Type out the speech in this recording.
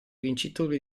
vincitori